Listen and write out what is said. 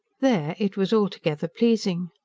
there, it was altogether pleasing.